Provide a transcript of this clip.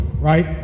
right